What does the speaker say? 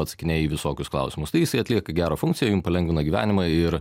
atsakinėja į visokius klausimus tai jisai atlieka gerą funkciją jum palengvina gyvenimą ir